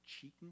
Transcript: cheating